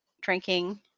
drinking